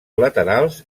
laterals